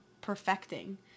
perfecting